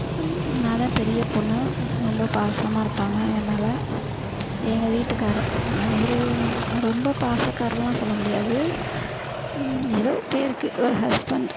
நான் தான் பெரிய பெண்ணு ரொம்ப பாசமாக இருப்பாங்க என் மேலே எங்கள் வீட்டுக்காரரு அவர் ரொம்ப பாசக்காரருலாம் சொல்ல முடியாது ஏதோ பேருக்கு ஒரு ஹஸ்பண்ட்